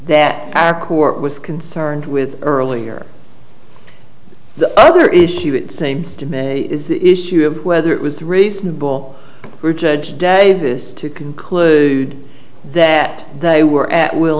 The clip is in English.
that our court was concerned with earlier the other issue it seems to me is the issue of whether it was reasonable for judge davis to conclude that they were at will